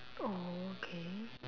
oh okay